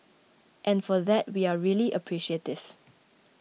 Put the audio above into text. and for that we are really appreciative